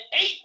eight